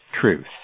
truth